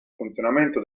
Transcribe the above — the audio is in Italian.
funzionamento